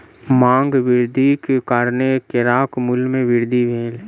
मांग वृद्धिक कारणेँ केराक मूल्य में वृद्धि भेल